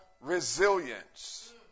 resilience